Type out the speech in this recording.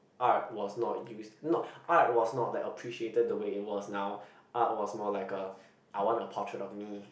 art was not used not art was not like appreciated the way it was now art was more like a I want a potriat of me